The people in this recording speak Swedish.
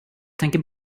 tänker